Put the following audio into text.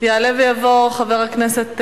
יעלה ויבוא חבר הכנסת,